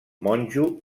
monjo